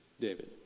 David